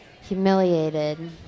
Humiliated